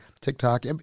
TikTok